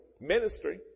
ministry